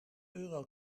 euro